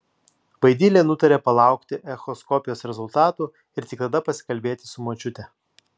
vaidilė nutarė palaukti echoskopijos rezultatų ir tik tada pasikalbėti su močiute